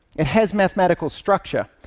it has mathematical structure,